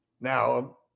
Now